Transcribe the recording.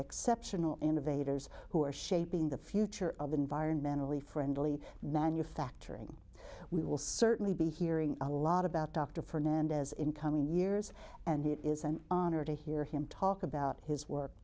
exceptional innovators who are shaping the future of environmentally friendly manufacturing we will certainly be hearing a lot about dr fernandez in coming years and it is an honor to hear him talk about his work